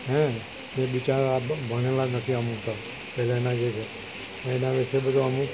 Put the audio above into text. હે ને એ બિચારા ભણેલાં નથી અમુક તો પહેલેના જે છે એના વિશે બધુ અમુક